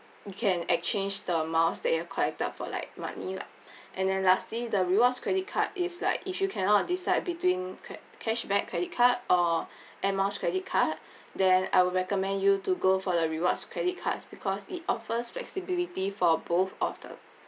can exchange the miles that you have collected for like money lah and then lastly the rewards credit card is like if you cannot decide between ca~ cashback credit card or and miles credit card then I would recommend you to go for the rewards credit cards because it offers flexibility for both of them